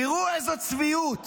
תראו איזה צביעות.